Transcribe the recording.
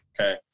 Okay